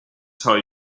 tell